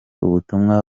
ubutumwa